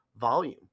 volume